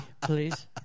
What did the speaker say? please